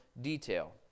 detail